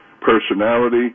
personality